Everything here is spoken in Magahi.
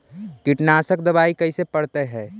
कीटनाशक दबाइ कैसे पड़तै है?